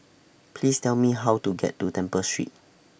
Please Tell Me How to get to Temple Street